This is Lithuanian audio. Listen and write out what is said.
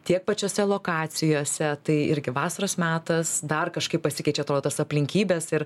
tiek pačiose lokacijose tai irgi vasaros metas dar kažkaip pasikeičia atro tas aplinkybės ir